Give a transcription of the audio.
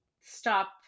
stop